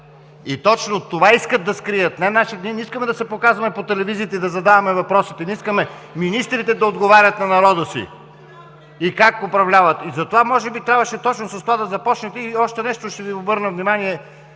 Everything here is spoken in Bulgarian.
И точно това искат да скрият. Ние не искаме да се показваме по телевизията и да задаваме въпросите! Ние искаме министрите да отговарят на народа си как управляват и затова трябваше може би точно с това да започнете! И на още нещо ще Ви обърна внимание.